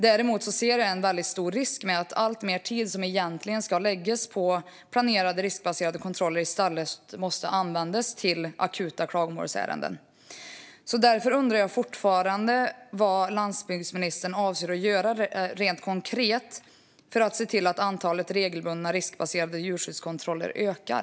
Däremot ser jag en väldigt stor risk med att alltmer tid som egentligen ska läggas på planerade och riskbaserade kontroller i stället måste användas till akuta klagomålsärenden. Därför undrar jag fortfarande vad landsbygdsministern avser att göra rent konkret för att se till att antalet regelbundna och riskbaserade djurskyddskontroller ökar.